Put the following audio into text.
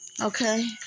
okay